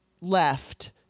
left